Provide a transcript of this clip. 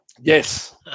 Yes